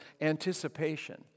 anticipation